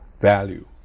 value